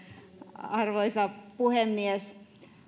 arvoisa puhemies